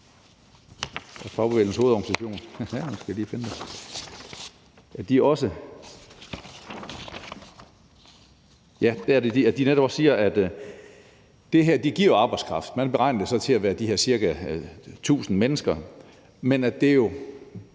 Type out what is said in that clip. også siger, at det her giver arbejdskraft – man beregner det så til at være de her cirka 1.000 mennesker – men at det